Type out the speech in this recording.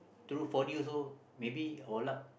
through four D also maybe our luck